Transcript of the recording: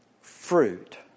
fruit